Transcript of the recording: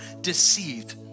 deceived